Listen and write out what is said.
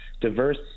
diverse